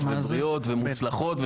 בריאות ומוצלחות,